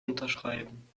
unterschreiben